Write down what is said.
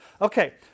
Okay